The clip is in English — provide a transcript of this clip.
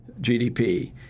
GDP